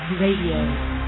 Radio